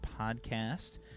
podcast